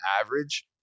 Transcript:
average